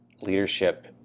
leadership